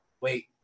wait